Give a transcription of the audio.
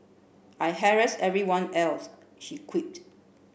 I'd harass everyone else she quipped